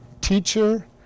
teacher